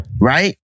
Right